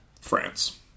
France